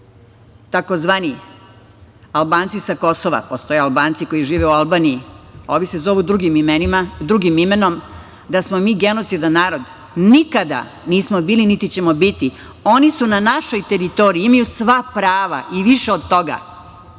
tzv. Albanci sa Kosova, postoje Albanci koji žive u Albaniji, ovi se zovu drugim imenom, da smo mi genocidan naorod. Nismo nikada, niti ćemo biti. Oni su na našoj teritoriji, imaju sva prava i više od toga.